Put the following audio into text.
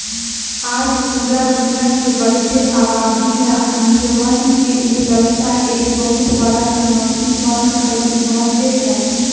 आज पूरा दुनिया के बढ़ते आबादी ला अनजवन के उपलब्धता एक बहुत बड़ा चुनौती बन कर उभर ले है